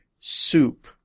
soup